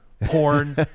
Porn